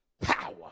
Power